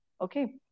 Okay